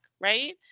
right